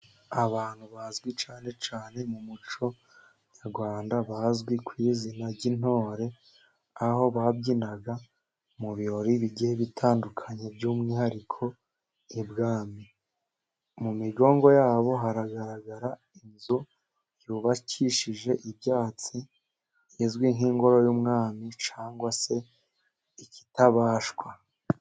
Abantu bazwi cyane cyane mu muco nyarwanda bazwi ku izina ry'intore, aho babyina mu birori bijyiye bitandukanye by'umwihariko ibwami, mu migongo yabo haragaragara inzu yubakishije ibyatsi izwi nk'ingoro y'umwami cg se ikitabashwa.